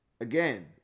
again